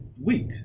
week